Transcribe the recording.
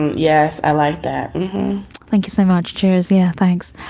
yes. i like that thank you so much. cheers. yeah, thanks